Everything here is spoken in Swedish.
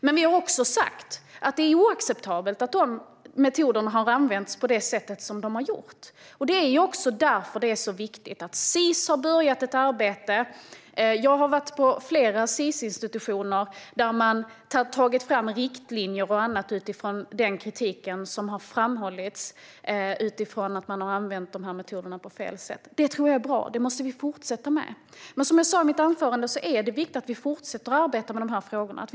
Men vi har också sagt att det är oacceptabelt att de metoderna har använts på det sätt som har skett. Det är därför det är så viktigt att Sis har börjat ett arbete. Jag har besökt flera Sis-institutioner där riktlinjer har tagits fram baserat på den kritik som har uttalats mot att metoderna har använts på fel sätt. Det är bra, och det måste vi fortsätta med. Som jag sa i mitt anförande är det viktigt att vi fortsätter att arbeta med frågorna.